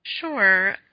Sure